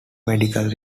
medical